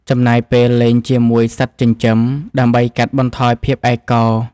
ចំណាយពេលលេងជាមួយសត្វចិញ្ចឹម ដើម្បីកាត់បន្ថយភាពឯកោ។